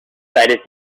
sited